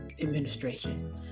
administration